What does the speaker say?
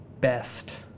best